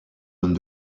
donne